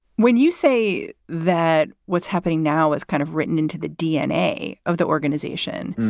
when you say that what's happening now is kind of written into the dna of the organization,